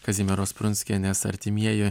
kazimieros prunskienės artimieji